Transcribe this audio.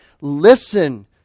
listen